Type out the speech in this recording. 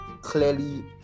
clearly